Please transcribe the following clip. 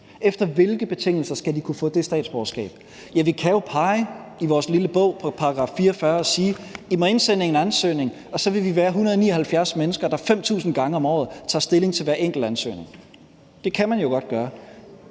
Efter hvilke betingelser skal de kunne få det statsborgerskab? Ja, vi kan jo pege i vores lille bog på § 44 og sige, at de må indsende en ansøgning, og så vil vi være 179 mennesker, der 5.000 gange om året tager stilling til hver enkelt ansøgning. Det kan man jo godt gøre.